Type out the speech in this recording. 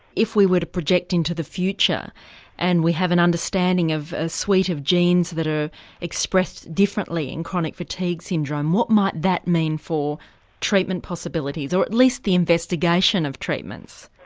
if we were to project into the future and we have an understanding of a suite of genes that are expressed differently in chronic fatigue syndrome, what might that mean for treatment possibilities, or at least the investigation of treatments?